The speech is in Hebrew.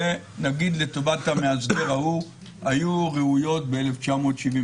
ונגיד לטובת המאסדר ההוא שהן היו ראויות ב-1978.